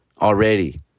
already